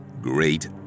great